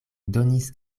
donis